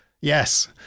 Yes